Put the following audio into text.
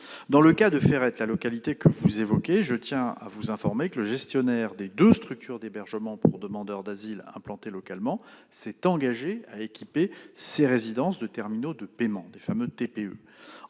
Dans le cas de Ferrette, la localité que vous évoquez, je tiens à vous informer que le gestionnaire des deux structures d'hébergement pour demandeur d'asile implantées localement s'est engagé à équiper ses résidences de terminaux de paiement, les fameux TPE.